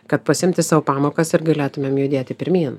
kad pasiimti sau pamokas ir galėtumėm judėti pirmyn